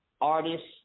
artists